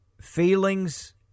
feelings